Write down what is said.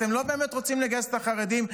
אתם לא באמת רוצים לגייס את החרדים.